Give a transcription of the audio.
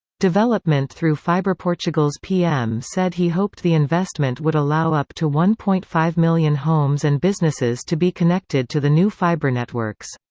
development through fibreportugal's pm said he hoped the investment would allow up to one point five million homes and businesses to be connected to the new fibre networks.